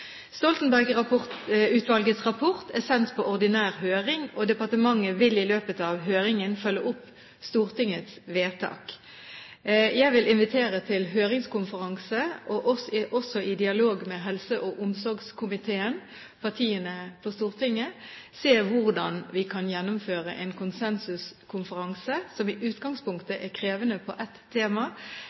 rapport er sendt på ordinær høring, og departementet vil i løpet av høringen følge opp Stortingets vedtak. Jeg vil invitere til høringskonferanse og vil også i dialog med helse- og omsorgskomiteen og partiene på Stortinget se på hvordan vi kan gjennomføre en konsensuskonferanse om dette som i utgangspunktet er et krevende